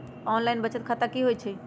Online बचत खाता की होई छई?